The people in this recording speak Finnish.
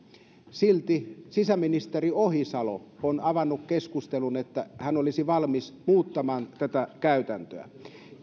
silti sisäministeri ohisalo on avannut keskustelun että hän olisi valmis muuttamaan tätä käytäntöä